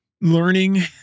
learning